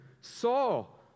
Saul